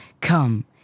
Come